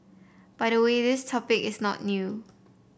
by the way this topic is not new